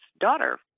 daughter